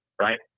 right